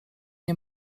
nie